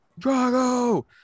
Drago